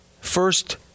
first